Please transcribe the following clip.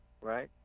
Right